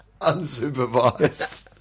Unsupervised